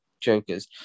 Jokers